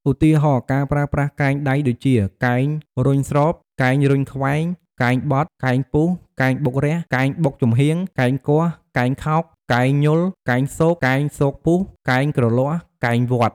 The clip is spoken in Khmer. ឧទាហរណ៍ ការប្រើប្រាសកែងដៃដូចជា កែងរុញស្រប កែងរុញខ្វែង កែងបត់ កែងពុះ កែងបុករះ កែងបុកចំហៀង កែងគាស់ កែងខោក កែងញុល កែងស៊ក កែងស៊កពុះ កែងគ្រលាស់ កែងវាត់ ....។